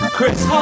Chris